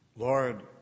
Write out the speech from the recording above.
Lord